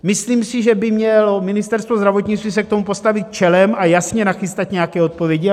Myslím si, že by mělo Ministerstvo zdravotnictví se k tomu postavit čelem a jasně nachystat nějaké odpovědi.